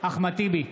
אחמד טיבי,